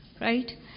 right